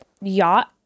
yacht